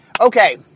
Okay